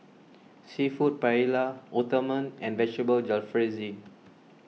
Seafood Paella Uthapam and Vegetable Jalfrezi